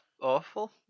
awful